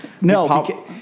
No